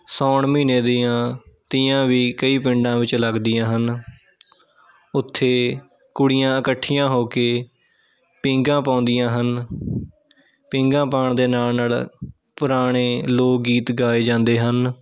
ਸਾਉਣ ਮਹੀਨੇ ਦੀਆਂ ਤੀਆਂ ਵੀ ਕਈ ਪਿੰਡਾਂ ਵਿੱਚ ਲੱਗਦੀਆਂ ਹਨ ਉੱਥੇ ਕੁੜੀਆਂ ਇਕੱਠੀਆਂ ਹੋ ਕੇ ਪੀਂਘਾਂ ਪਾਉਂਦੀਆਂ ਹਨ ਪੀਂਘਾਂ ਪਾਉਂਣ ਦੇ ਨਾਲ ਨਾਲ ਪੁਰਾਣੇ ਲੋਕ ਗੀਤ ਗਾਏ ਜਾਂਦੇ ਹਨ